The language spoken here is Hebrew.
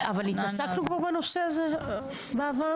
אבל התעסקנו כבר בנושא הזה בעבר?